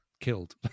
killed